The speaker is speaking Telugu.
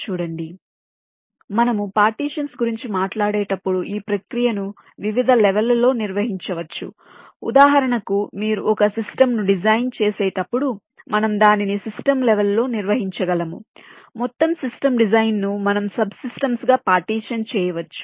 కాబట్టి మనము పార్టీషన్స్ గురించి మాట్లాడేటప్పుడు ఈ ప్రక్రియను వివిధ లెవెల్ లలో నిర్వహించవచ్చు ఉదాహరణకు మీరు ఒక సిస్టమ్ ను డిజైన్ చేసేటప్పుడు మనము దానిని సిస్టమ్ లెవెల్ లో నిర్వహించగలము మొత్తం సిస్టమ్ డిజైన్ను మనం సబ్ సిస్టమ్స్ గా పార్టీషన్ చేయవచ్చు